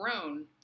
grown